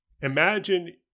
Imagine